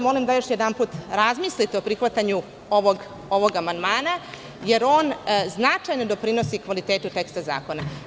Molim vas da još jednom razmislite o prihvatanju ovog amandmana, jer on značajno doprinosi kvalitetu teksta zakona.